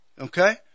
Okay